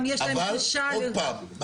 גם יש להם גישה ל --- עוד פעם,